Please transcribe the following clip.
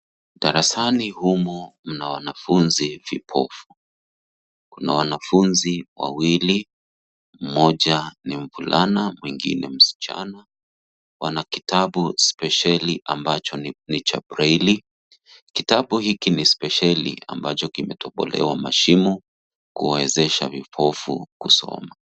Darasani humo mna wanafunzi vipofu. Kuna wanafunzi wawili, mmoja ni mvulana, mwingine msichana. Wana kitabu spesheli ambacho ni cha breili. Kitabu hiki ni spesheli ambacho kimetobolewa mashimo kuwezesha vipofu kusoma.